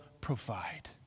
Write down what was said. provide